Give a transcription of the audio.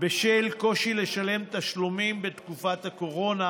בשל קושי לשלם תשלומים בתקופת הקורונה,